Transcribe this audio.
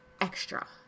extra